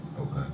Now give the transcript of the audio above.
Okay